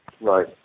Right